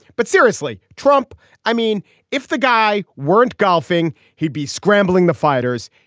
but seriously trump i mean if the guy weren't golfing he'd be scrambling the fighters.